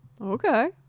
Okay